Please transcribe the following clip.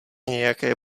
nějaké